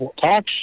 talks